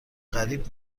غریب